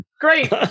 great